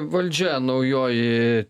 valdžia naujoji